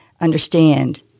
understand